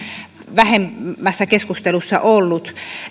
vähemmässä keskustelussa ollut